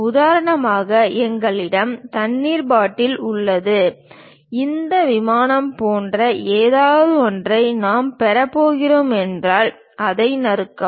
உதாரணமாக எங்களிடம் தண்ணீர் பாட்டில் உள்ளது இந்த விமானம் போன்ற ஏதாவது ஒன்றை நாம் பெறப்போகிறீர்கள் என்றால் அதை நறுக்கவும்